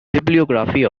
bibliography